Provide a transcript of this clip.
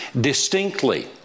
distinctly